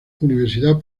universidad